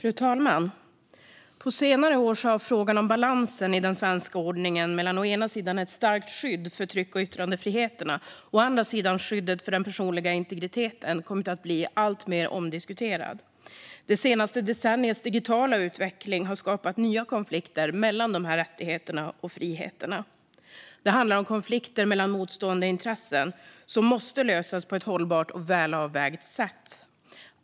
Fru talman! På senare år har frågan om balansen i den svenska ordningen mellan å ena sidan ett starkt skydd för tryck och yttrandefriheterna och å andra sidan skyddet för den personliga integriteten kommit att bli alltmer omdiskuterad. Det senaste decenniets digitala utveckling har skapat nya konflikter mellan dessa fri och rättigheter. Det handlar om konflikter mellan motstående intressen som måste lösas på ett hållbart och välavvägt sätt.